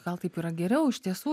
gal taip yra geriau iš tiesų